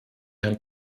herrn